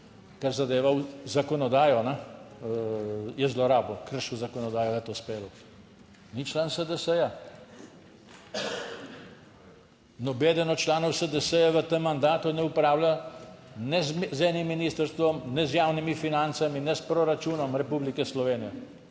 kar zadeva zakonodajo je zlorabil, kršil zakonodajo, da je to speljal. Ni član SDS. Nobeden od članov SDS v tem mandatu ne upravlja z enim ministrstvom, ne z javnimi financami, ne s proračunom Republike Slovenije,